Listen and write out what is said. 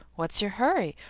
what's your hurry?